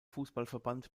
fußballverband